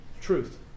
Truth